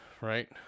right